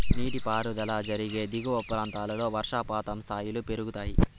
నీటిపారుదల జరిగే దిగువ ప్రాంతాల్లో వర్షపాతం స్థాయిలు పెరుగుతాయి